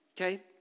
okay